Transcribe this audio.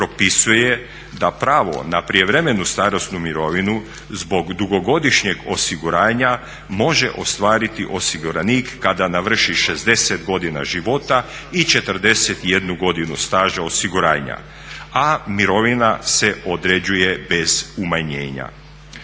da pravo na prijevremenu starosnu mirovinu zbog dugogodišnjeg osiguranja može ostvariti osiguranik kada navrši 60 godina života i 41 godinu staža osiguranja, a mirovina se određuje bez umanjenja.